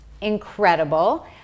incredible